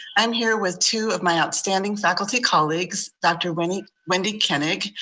i'm here with two of my outstanding faculty colleagues, dr. wendy wendy koenig,